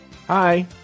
hi